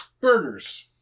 Burgers